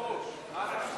מפעלי משרד ראש הממשלה,